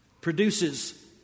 produces